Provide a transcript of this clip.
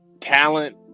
talent